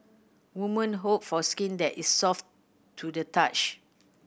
woman hope for skin that is soft to the touch